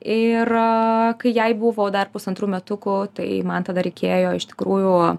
ir kai jai buvo dar pusantrų metukų tai man tada reikėjo iš tikrųjų